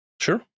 sure